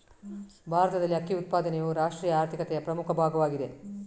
ಭಾರತದಲ್ಲಿ ಅಕ್ಕಿ ಉತ್ಪಾದನೆಯು ರಾಷ್ಟ್ರೀಯ ಆರ್ಥಿಕತೆಯ ಪ್ರಮುಖ ಭಾಗವಾಗಿದೆ